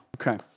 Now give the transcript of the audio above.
Okay